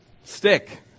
stick